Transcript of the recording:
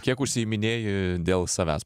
kiek užsiiminėji dėl savęs